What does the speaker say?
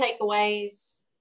takeaways